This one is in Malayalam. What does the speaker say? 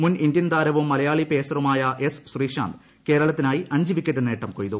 മുൻ ഇന്തൃൻ താരവും മലയാളി പേസറുമായ എസ് ശ്രീശാന്ത് കേരളത്തിനായി അഞ്ച് വിക്കറ്റ് നേട്ടം കൊയ്തു